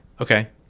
Okay